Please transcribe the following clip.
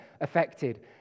affected